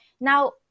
Now